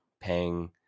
paying